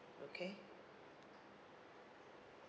okay